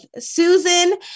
Susan